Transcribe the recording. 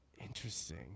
Interesting